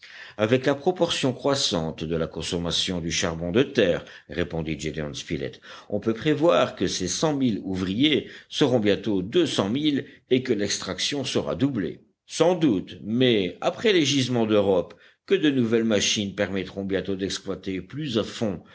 avec la proportion croissante de la consommation du charbon de terre répondit gédéon spilett on peut prévoir que ces cent mille ouvriers seront bientôt deux cent mille et que l'extraction sera doublée sans doute mais après les gisements d'europe que de nouvelles machines permettront bientôt d'exploiter plus à fond